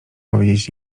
powiedzieć